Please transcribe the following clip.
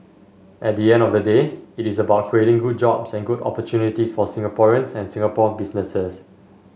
at the end of the day it's about creating good jobs and good opportunities for Singaporeans and Singapore businesses